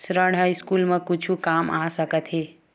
ऋण ह स्कूल मा कुछु काम आ सकत हे?